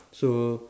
so